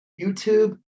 YouTube